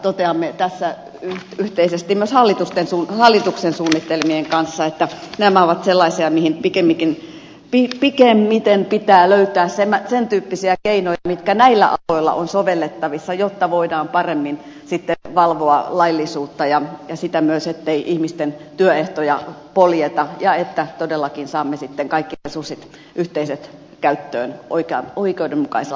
toteamme tässä yhteisesti myös hallituksen suunnitelmien kanssa että nämä ovat sellaisia mihin pikimmiten pitää löytää sentyyppisiä keinoja jotka näillä aloilla ovat sovellettavissa jotta voidaan paremmin sitten valvoa laillisuutta ja sitä myös ettei ihmisten työehtoja poljeta ja että todellakin saamme sitten kaikki resurssit yhteiseen käyttöön oikeudenmukaisella tavalla